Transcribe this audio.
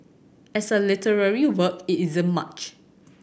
as a literary work it isn't much